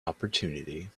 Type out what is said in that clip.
opportunity